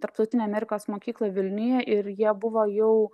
tarptautinę amerikos mokyklą vilniuje ir jie buvo jau